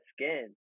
skin